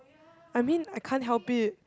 I mean I can't help it